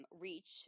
reach